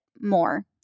more